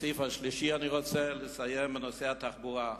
הסעיף השלישי, אני רוצה לסיים בנושא התחבורה.